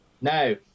no